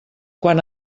quan